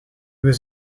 was